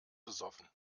besoffen